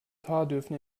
dürfen